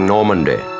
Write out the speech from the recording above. Normandy